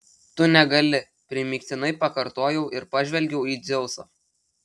tu negali primygtinai pakartojau ir pažvelgiau į dzeusą